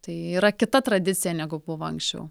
tai yra kita tradicija negu buvo anksčiau